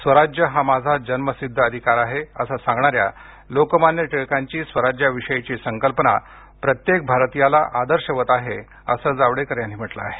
स्वराज्य हा माझा जन्मसिद्ध आहे असं सांगणाऱ्या लोकमान्य टिळकांची स्वराज्याविषयीची संकल्पना प्रत्येक भारतीयाला आदर्शवत आहे असं जावडेकर यांनी म्हटलं आहे